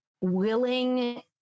willing